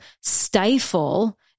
stifle